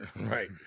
right